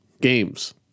games